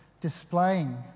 displaying